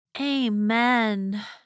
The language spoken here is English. Amen